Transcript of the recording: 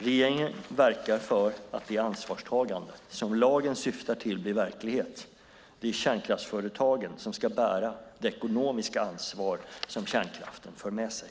Regeringen verkar för att det ansvarstagande som lagen syftar till blir verklighet. Det är kärnkraftsföretagen som ska bära det ekonomiska ansvar som kärnkraften för med sig.